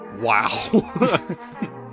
Wow